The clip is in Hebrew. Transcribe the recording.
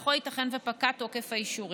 שבמהלכו ייתכן שפקע תוקף האישורים.